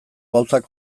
gauzak